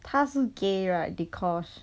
他是 gay right because